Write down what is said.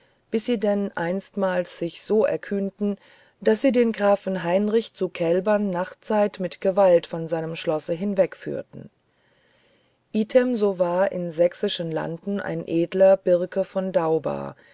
wie sy denn einsmals sich so weit kühnten daß sy den grafen heinrich zu kälbern nachtszeit mit gewalt von seinem schlosse hinweg führten item so war in sächsischen landen ein edler birke von dauba